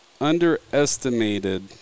underestimated